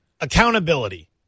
Accountability